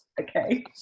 Okay